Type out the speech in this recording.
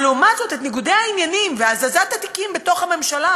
אבל לעומת זאת את ניגודי העניינים והזזת התיקים בתוך הממשלה,